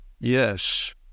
yes